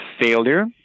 failure